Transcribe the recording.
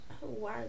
Wow